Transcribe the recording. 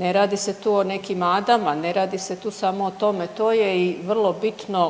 ne radi se tu o nekim adama, ne radi se tu samo o tome, to je i vrlo bitno